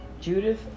Judith